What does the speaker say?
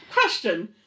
Question